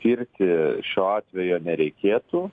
tirti šio atvejo nereikėtų